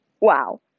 wow